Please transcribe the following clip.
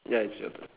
ya it's your